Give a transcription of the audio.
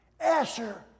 Asher